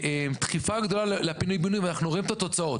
דחיפה גדולה ל פינוי-בינוי ואנחנו רואים את התוצאות.